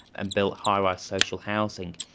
and built high-rise social housing,